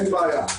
אין בעיה,